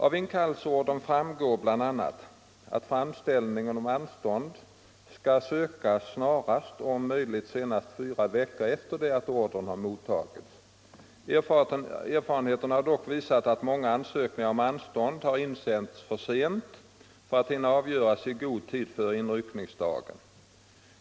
Av inkallelseordern framgår bl.a. att framställning om anstånd skall sökas snarast och om möjligt senast fyra veckor efter det att ordern har mottagits. Erfarenheterna har dock visat att många ansökningar om anstånd har insänts för sent för att hinna avgöras i god tid före inryckningsdagen.